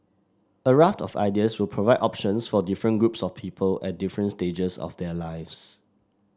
a raft of ideas will provide options for different groups of people at different stages of their lives